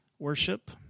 Worship